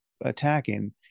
attacking